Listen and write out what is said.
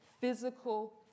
physical